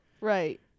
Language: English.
Right